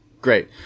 great